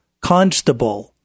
constable